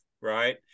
right